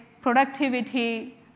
productivity